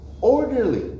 orderly